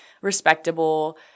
respectable